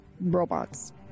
robots